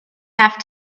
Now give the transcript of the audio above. have